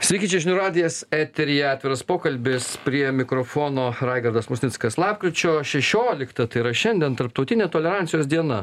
sveiki čia žinių radijas eteryje atviras pokalbis prie mikrofono raigardas musnickas lapkričio šešioliktą tai yra šiandien tarptautinė tolerancijos diena